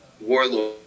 warlord